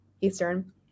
Eastern